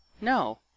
No